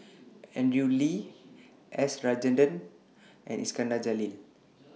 Andrew Lee S Rajendran and Iskandar Jalil